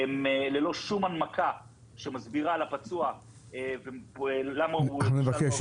הן ללא שום הנמקה שמסבירה לפצוע למה נשלל רישיונו.